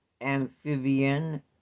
amphibian